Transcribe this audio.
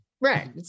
Right